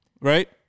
right